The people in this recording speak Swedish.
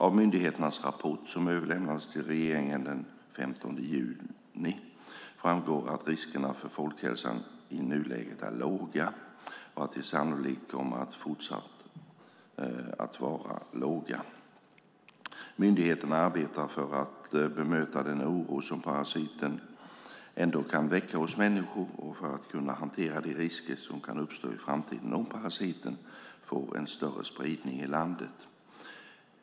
Av myndigheternas rapport, som överlämnades till regeringen den 15 juni, framgår att riskerna för folkhälsan i nuläget är låga och att de sannolikt kommer att fortsätta att vara låga. Myndigheterna arbetar för att bemöta den oro som parasiten ändå kan väcka hos människor och för att kunna hantera de risker som kan uppstå i framtiden om parasiten får en större spridning i landet.